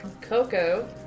Coco